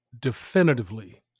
definitively